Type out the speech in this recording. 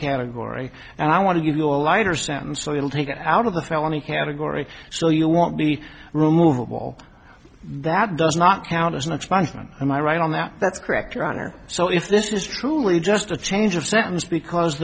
category and i want to give you a lighter sentence so you'll take it out of the felony category so you won't be removable that does not count as an expansion am i right on that that's correct your honor so if this is truly just a change of sentence because